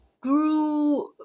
grew